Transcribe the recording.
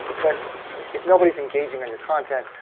but if nobody's engaging on your content,